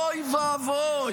אוי ואבוי.